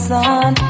Sun